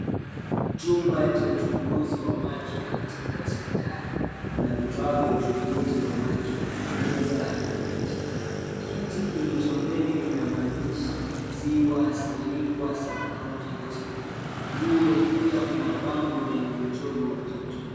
Chumba cha uchunguzi wa macho katika hospitali. Kuna vifaa vya uchunguzi wa macho, meza na viti. Kiti kilicho mbele kina maandishi:Ziwa Sirikwa Sub-county Hospital. Juu ya ukuta kuna bango lenye mchoro wa jicho.